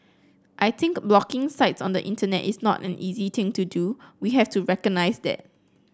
I think blocking sites on the Internet is not an easy thing to do we have to recognise that